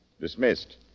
Dismissed